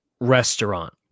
restaurant